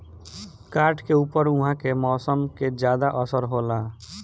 काठ के ऊपर उहाँ के मौसम के ज्यादा असर होला